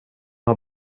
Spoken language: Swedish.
har